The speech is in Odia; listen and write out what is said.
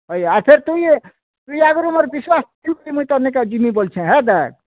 ଭାଇ ଆସେ ତୁଇ ତୁଇ ଆଗରୁ ମୋର୍ ବିଶ୍ୱାସ୍ ତୁଟି ମୁଇଁ ତ ଯିବିଁ ବୋଲ୍ଛେ ହେ ଦେଖ୍